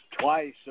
Twice